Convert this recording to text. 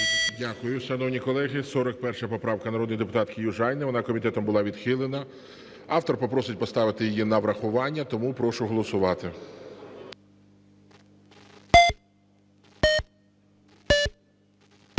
Дякую. Шановні колеги, 41 поправка, народної депутатки Южаніної. Вона комітетом була відхилена. Автор просить поставити її на врахування, тому прошу голосувати.